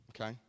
Okay